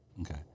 Okay